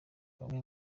bamwe